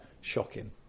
shocking